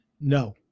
No